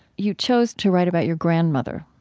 you chose to write about your grandmother,